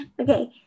Okay